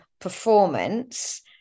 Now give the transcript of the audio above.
performance